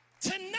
tonight